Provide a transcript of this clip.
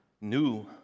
new